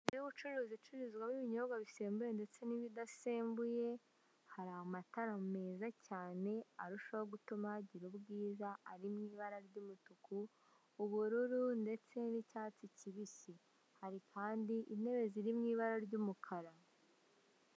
Inzu y'ubucuruzi icururizwamo ibinyobwa bisembuye ndetse n'ibidasembuye, hari amatara meza cyane arushaho gutuma hagira ubwiza, ari mu ibara ry'umutuku, ubururu ndetse n'icyatsi kibisi. Hari kandi intebe ziri mu ibara ry'umukara.